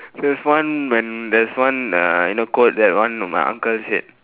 there's one when there's one uh you know quote that one of my uncle said